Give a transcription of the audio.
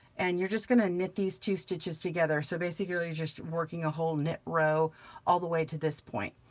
and you're just gonna knit these two stitches together. so basically you're just working a whole knit row all the way to this point,